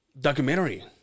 documentary